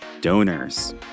donors